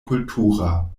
kultura